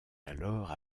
alors